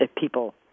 people